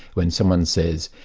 when someone says,